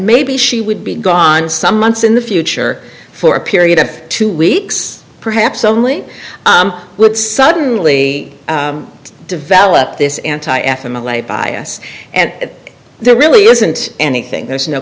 maybe she would be gone some months in the future for a period of two weeks perhaps only would suddenly develop this anti f m l a bias and there really isn't anything there's no